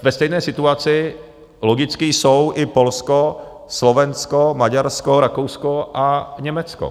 Ve stejné situaci logicky jsou i Polsko, Slovensko, Maďarsko, Rakousko a Německo.